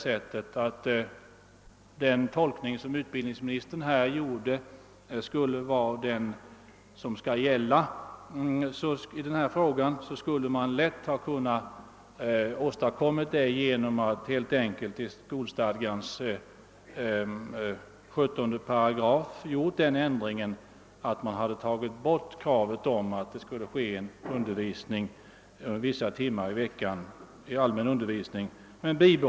Om den tolkning, som utbildningsministern gjorde i debattens början, skall gälla i denna fråga borde man emellertid ha kunnat tillgodose vårt krav helt enkelt genom att i 17 8 skolstadgan göra den ändringen att bestämmelsen om ett visst antal undervisningstimmar per vecka strykes.